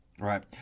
Right